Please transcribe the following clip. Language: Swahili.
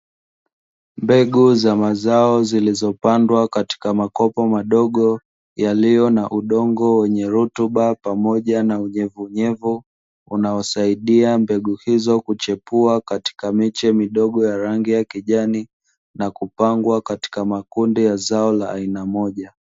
Mbegu za mazao zlizopandwa katika makopo madogo, yaliyo na udongo wenye rutuba pamoja na unyevu unyevu, unaosaidia mbegu hizo kuchepua katika miche midogo ya rangi ya kijani, na kupangwa katika kundi la zao la aina moja.